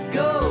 go